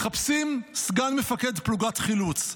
מחפשים סגן מפקד פלוגת חילוץ,